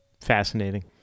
Fascinating